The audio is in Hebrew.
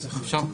אפשר?